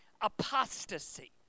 apostasy